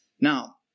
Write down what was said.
Now